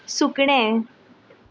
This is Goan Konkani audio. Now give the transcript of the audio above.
सुकणें